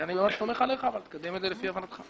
אני סומך עליך ותקדם את זה לפי הבנתך.